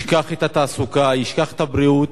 ישכח את התעסוקה, ישכח את הבריאות,